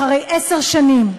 אחרי עשר שנים,